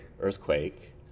Earthquake